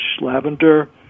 lavender